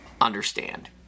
understand